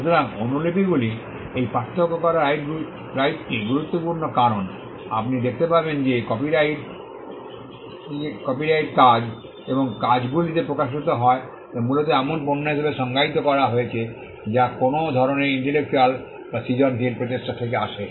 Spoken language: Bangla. সুতরাং অনুলিপিগুলিকে এই পার্থক্য করার রাইটটি গুরুত্বপূর্ণ কারণ আপনি দেখতে পাবেন যে কপিরাইটটি কাজ এবং কাজগুলিতে প্রকাশিত হয় তা মূলত এমন পণ্য হিসাবে সংজ্ঞায়িত করা হয়েছে যা কোনও ধরণের ইন্টেলেকচ্যুয়াল বা সৃজনশীল প্রচেষ্টা থেকে আসে